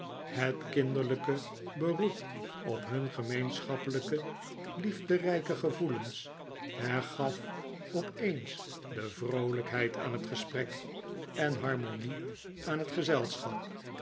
het kinderlijke beroep op hun gemeenschappelijke liefderijke gevoelens hergaf op eens de vroolijkheid aan het gesprek en harmonie aan het gezelschap